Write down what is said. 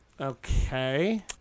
Okay